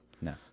No